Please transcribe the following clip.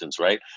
right